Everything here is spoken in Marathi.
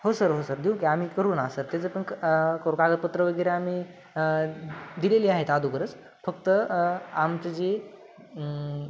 हो सर हो सर देऊ की आम्ही करू ना सर त्याचं पण क कागदपत्र वगैरे आम्ही दिलेली आहेत अगोदरच फक्त आमचं जे